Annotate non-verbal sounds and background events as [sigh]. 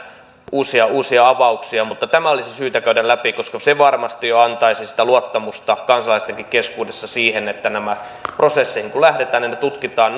uusia uusia avauksia mutta tämä olisi syytä käydä läpi koska se varmasti jo antaisi sitä luottamusta kansalaistenkin keskuudessa siihen että näihin prosesseihin kun lähdetään ne ne tutkitaan [unintelligible]